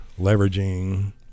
leveraging